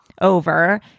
over